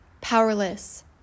powerless